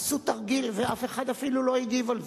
עשו תרגיל ואף אחד אפילו לא הגיב על זה.